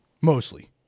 mostly